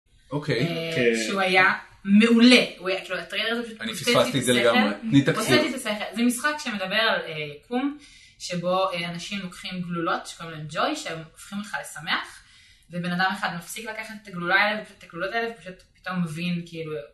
אוקיי הוא היה מעולה ב... אני פספסתי את זה לגמרי.. זה משחק שמדבר על ... שבו אנשים לוקחים גלולות שקוראים להם ג'וי שהם הופכים אותך לשמח. בנאדם אחד מפסיק לקחת את הגלולות האלה ופתאום מבין.